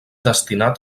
destinat